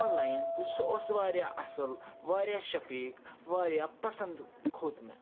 online تہٕ سُہ اوس واریاہ اصٕل واریاہ شفیٖق واریاہ پَسنٛد کھوٚت مےٚ